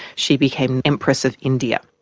she became empress of india.